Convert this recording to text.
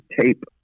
tape